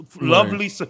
lovely